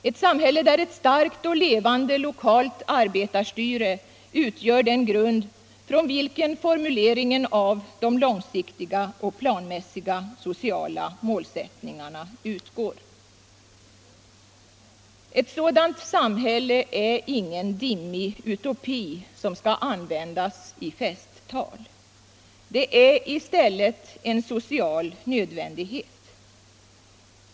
Ett samhälle, där ett starkt och levande lokalt arbetarstyre utgör den grund från vilken formuleringen av de långsiktiga och planmässiga sociala målsättningarna utgår. Ett sådant samhälle är ingen dimmig utopi, som skall användas i festtal. Det är i stället en social nödvändighet.